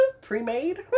pre-made